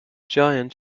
giant